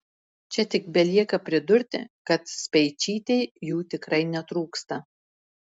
čia tik belieka pridurti kad speičytei jų tikrai netrūksta